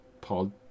pod